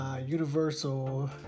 universal